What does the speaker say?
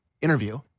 interview